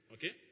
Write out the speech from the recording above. Okay